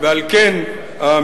ועל כן הממשלה,